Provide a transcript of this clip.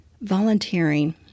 Volunteering